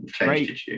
Great